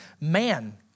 man